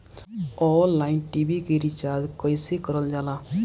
Online TV के recharge कईसे करल जाला?